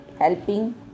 helping